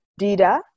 dida